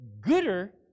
gooder